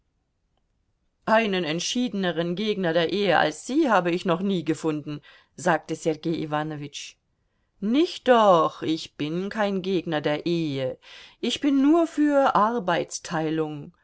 einen entschiedeneren gegner der ehe als sie habe ich noch nie gefunden sagte sergei iwanowitsch nicht doch ich bin kein gegner der ehe ich bin nur für arbeitsteilung